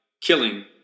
killing